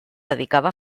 dedicava